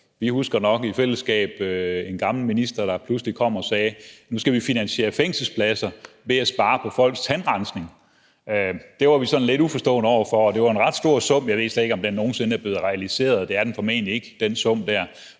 Vi husker nok begge en forhenværende minister, der pludselig kom og sagde: Nu skal vi finansiere fængselspladser ved at spare på folks tandrensning. Det var vi sådan lidt uforstående over for, og det var en ret stor sum – jeg ved slet ikke, om den sum nogen sinde er blevet realiseret; det er den formentlig ikke. Men uanset